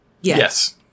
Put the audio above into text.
Yes